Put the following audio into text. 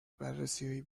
بررسیهای